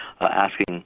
asking